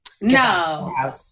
No